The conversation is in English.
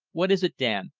what is it, dan?